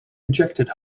rejected